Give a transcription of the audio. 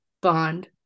bond